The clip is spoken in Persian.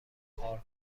کار